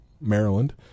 Maryland